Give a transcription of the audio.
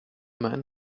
man